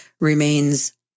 remains